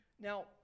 Now